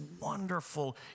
wonderful